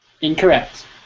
Incorrect